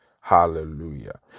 Hallelujah